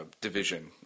division